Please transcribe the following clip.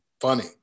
funny